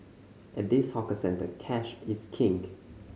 at this hawker centre cash is king